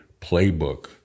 playbook